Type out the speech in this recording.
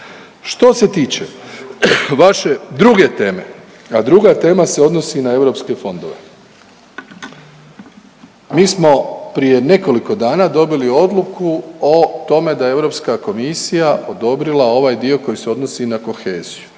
Što se tiče vaše druge teme, a druga tema se odnosi na europske fondove. Mi smo prije nekoliko dana dobili odluku o tome da Europska komisija odobrila ovaj dio koji se odnosi na koheziju,